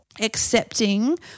accepting